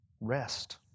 rest